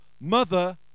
Mother